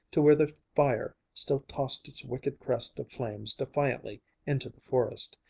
to where the fire still tossed its wicked crest of flames defiantly into the forest.